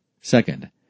Second